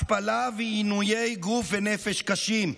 השפלה ועינויי גוף ונפש קשים.